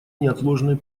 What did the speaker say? неотложной